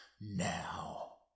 Now